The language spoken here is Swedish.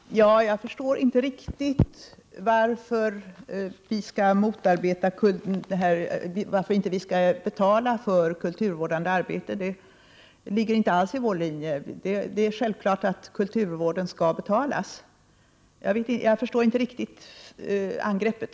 Herr talman! Jag förstår inte riktigt varför vi skulle vägra betala för kulturvårdande arbete. Det ligger inte alls i vår linje. Det är självklart att kulturvården skall betalas. Jag förstår inte riktigt angreppet.